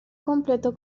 completo